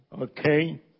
okay